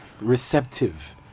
receptive